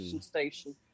station